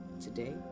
today